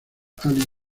alice